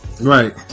Right